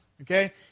okay